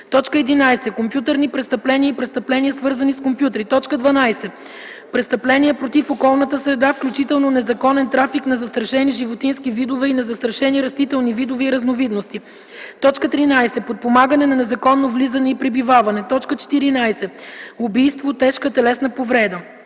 евро; 11. компютърни престъпления и престъпления, свързани с компютри; 12. престъпления против околната среда, включително незаконен трафик на застрашени животински видове и на застрашени растителни видове и разновидности; 13. подпомагане на незаконно влизане и пребиваване; 14. убийство, тежка телесна повреда;